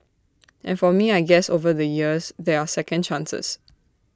and for me I guess over the years there are second chances